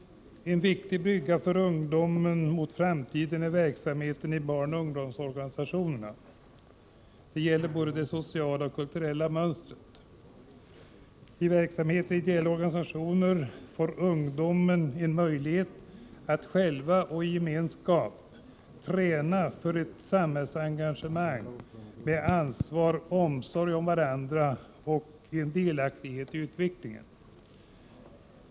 En viktig brygga för ungdomen mot framtiden är verksamheten i barnoch ungdomsorganisationer. Det gäller både det sociala och det kulturella mönstret. Genom verksamhet i ideella ungdomsorganisationer får ungdomarna också en möjlighet att själva i gemenskap träna för ett samhällsengagemang i ansvar, omsorg om varandra och delaktighet i utvecklingen.